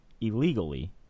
illegally